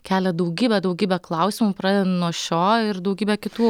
kelia daugybę daugybę klausimų pradedant nuo šio ir daugybe kitų